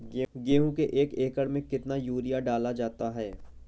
गेहूँ के एक एकड़ में कितना यूरिया डाला जाता है?